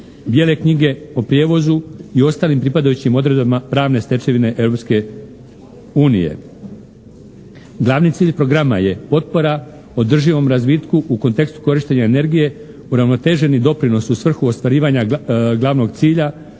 Bijele knjige o prijevozu i ostalim pripadajućim odredbama pravne stečevine Europske unije. Glavni cilj programa je potpora održivom razvitku u kontekstu korištenja energije, uravnoteženi doprinos u svrhu ostvarivanja glavnog cilja,